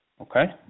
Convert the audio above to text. Okay